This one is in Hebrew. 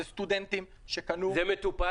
אלו סטודנטים שקנו --- זה מטופל?